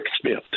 Smith